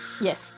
Yes